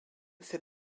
fait